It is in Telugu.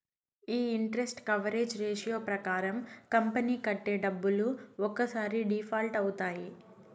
ఈ ఇంటరెస్ట్ కవరేజ్ రేషియో ప్రకారం కంపెనీ కట్టే డబ్బులు ఒక్కసారి డిఫాల్ట్ అవుతాయి